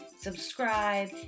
subscribe